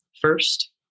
first